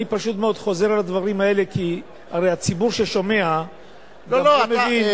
אני חוזר על הדברים האלה כי הרי ציבור ששומע לא מבין,